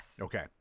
Okay